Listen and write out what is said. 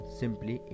simply